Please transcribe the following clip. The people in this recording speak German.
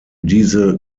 diese